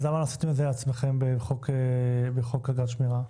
אז למה לא עשיתם את זה לעצמכם בחוק אגרת שמירה?